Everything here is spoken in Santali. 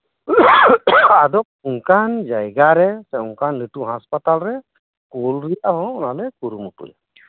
ᱟᱫᱚ ᱚᱱᱠᱟᱱ ᱡᱟᱭᱜᱟᱨᱮ ᱥᱮ ᱚᱱᱠᱟᱱ ᱞᱟᱹᱴᱩ ᱦᱟᱥᱯᱟᱛᱟᱞ ᱨᱮ ᱠᱩᱞᱨᱮᱭᱟᱜ ᱦᱚᱸ ᱚᱱᱟᱞᱮ ᱠᱩᱨᱩᱢᱩᱴᱩᱭᱟ